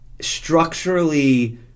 structurally